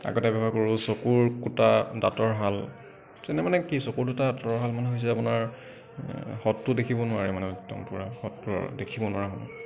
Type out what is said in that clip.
আগতে ব্যৱহাৰ কৰোঁ চকুৰ কুটা দাঁতৰ শাল যেনে মানে কি চকুৰ কুটা দাঁতৰ শাল মানুহ হৈছে আপোনাৰ শত্ৰু দেখিব নোৱাৰে মানে একদম পূৰা শত্ৰু দেখিব নোৱাৰা হয়